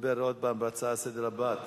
מדבר עוד פעם בהצעה לסדר הבאה.